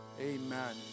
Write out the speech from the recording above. Amen